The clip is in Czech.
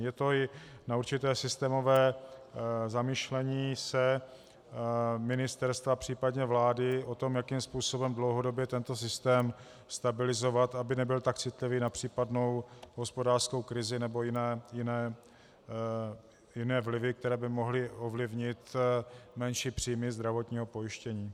Je to i na určité systémové zamyšlení se ministerstva, případně vlády, o tom, jakým způsobem dlouhodobě tento systém stabilizovat, aby nebyl tak citlivý na případnou hospodářskou krizi nebo jiné vlivy, které by mohly ovlivnit menší příjmy zdravotního pojištění.